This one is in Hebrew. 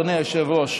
אדוני היושב-ראש,